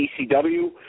ECW